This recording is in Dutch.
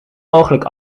mogelijk